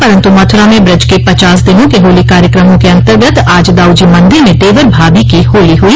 परन्तु मथुरा में ब्रज क पचास दिनों के होली कार्यक्रमों के अन्तर्गत आज दाऊजी मंदिर में देवर भाभी की होली हुई